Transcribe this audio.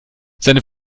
seine